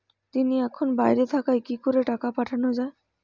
তিনি এখন বাইরে থাকায় কি করে টাকা পাঠানো য়ায়?